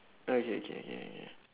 okay okay okay okay okay